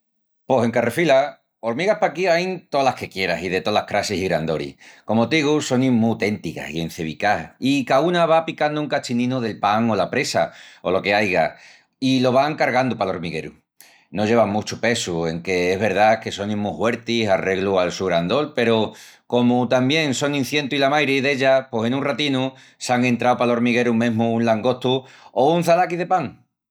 Pos en carrefila. Hormigas paquí ain tolas que quieras i de tolas crassis i grandoris. Como t'igu, sonin mu téntigas i encevicás, i caúna va picandu un cachininu del pan o la presa, o lo que aiga, i lo van cargandu pal hormigueru. No llevan muchu pesu enque es verdá que sonin mu huertis arreglu al su grandol, peru comu tamién sonin cientu i la mairi d'ellas pos en un ratinu s'án entrau pal hormigueru mesmu un langostu o un çalaqui de pan.